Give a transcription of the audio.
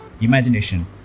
imagination